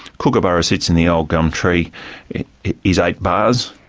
kookaburra sits in the old gum tree is eight bars,